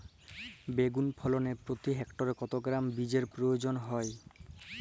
বেগুন ফলনে প্রতি হেক্টরে কত গ্রাম বীজের প্রয়োজন হয়?